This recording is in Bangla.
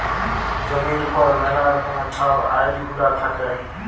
জমির উপর ম্যালা রকমের ছব আইল গুলা থ্যাকে